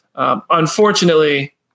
Unfortunately